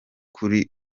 kuri